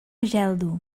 geldo